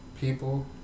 people